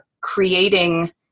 creating